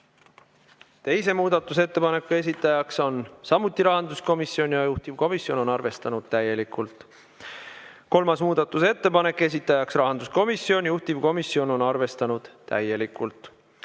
Teise muudatusettepaneku esitaja on samuti rahanduskomisjon ja juhtivkomisjon on arvestanud täielikult. Kolmas muudatusettepanek, esitaja rahanduskomisjon, juhtivkomisjon on arvestanud täielikult.